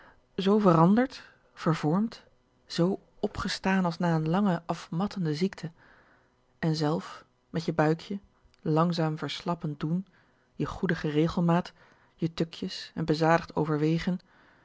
zoo veranderd vervormd zoo opgestaan als na eene lange afmattende ziekte en zelf met je buikje langzaam verslappend doen je goedige regelmaat je tukjes en bezadigd overwegen